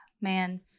man